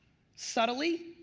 subtly,